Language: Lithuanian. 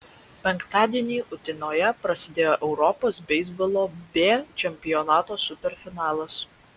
penktadienį utenoje prasidėjo europos beisbolo b čempionato superfinalas